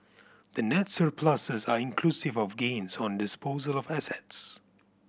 the net surpluses are inclusive of gains on disposal of assets